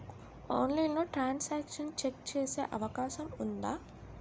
ఆన్లైన్లో transaction check చేసే అవకాశం ఉందా?